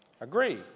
agree